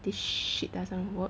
this shit doesn't work